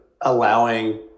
allowing